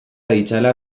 ditzala